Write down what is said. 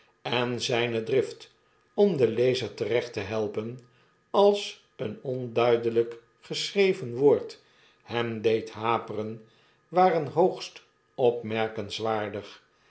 en zyne drift om den lezer terecht te helpen als een onduidelyk geschreven woord hem deed haperen waren hoogst opmerkenswaardig